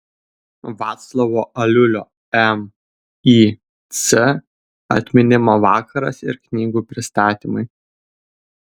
vaclovo aliulio mic atminimo vakaras ir knygų pristatymai